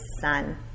son